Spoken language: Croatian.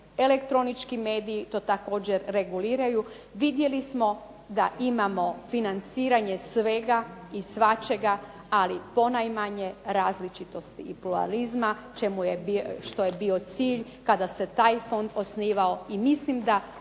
elektronički mediji to također reguliraju. Vidjeli smo da imamo financiranje svega i svačega, ali ponajmanje različitosti i pluralizma što je bio cilj kada se taj fond osnivao. I mislim da